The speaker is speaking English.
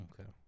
Okay